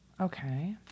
Okay